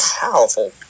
powerful